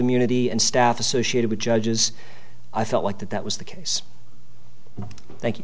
immunity and staff associated with judges i felt like that that was the case thank you